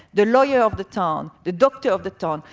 the lawyer of the town, the doctor of the town,